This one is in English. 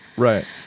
right